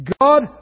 God